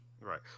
Right